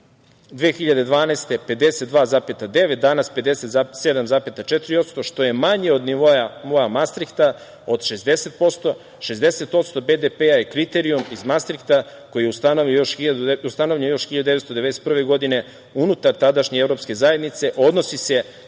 godine 52,9%, danas 57,4%, što manje od nivoa mastrikta od 60%, 60% BDP-a je kriterijum iz mastrikta koji je ustanovljen još 1991. godine unutar tadašnje evropske zajednice. Odnosi se